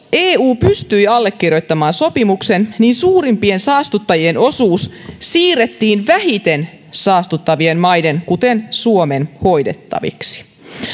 eu pystyi allekirjoittamaan sopimuksen suurimpien saastuttajien osuus siirrettiin vähiten saastuttavien maiden kuten suomen hoidettavaksi